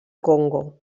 congo